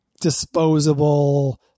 disposable